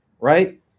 right